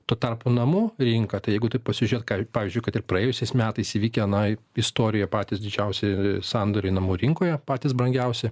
tuo tarpu namų rinka tai jeigu taip pasižiūrėt ką pavyzdžiui kad ir praėjusiais metais įvykę na istorija patys didžiausi sandoriai namų rinkoje patys brangiausi